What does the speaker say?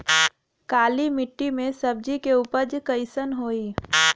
काली मिट्टी में सब्जी के उपज कइसन होई?